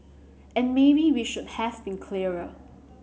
and maybe we should have been clearer